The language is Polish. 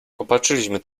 opatrzyliśmy